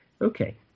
Okay